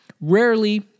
rarely